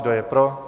Kdo je pro?